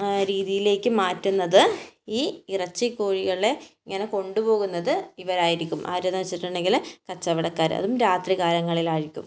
രീതിയിലേക്ക് മാറ്റുന്നത് ഈ ഇറച്ചി കോഴികളെ ഇങ്ങനെ കൊണ്ട് പോകുന്നത് ഇവരായിരിക്കും ആര് എന്ന് വെച്ചിട്ടുണ്ടെങ്കിൽ കച്ചവടക്കാആർ അതും രാത്രി കാലങ്ങളിൽ ആയിരിക്കും